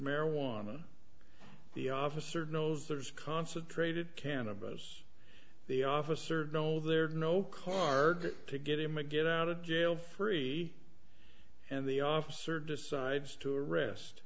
marijuana the officer knows there's concentrated cannabis the officer know there is no card to get him a get out of jail free and the officer decides to arrest